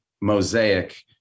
mosaic